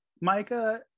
Micah